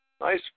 nice